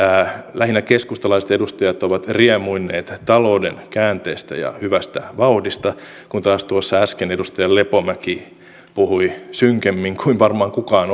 lähinnä keskustalaiset edustajat ovat riemuinneet talouden käänteestä ja hyvästä vauhdista kun taas tuossa äsken edustaja lepomäki puhui synkemmin kuin varmaan kukaan